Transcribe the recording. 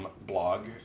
blog